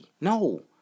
No